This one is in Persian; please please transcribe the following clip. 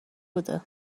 بوده